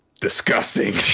disgusting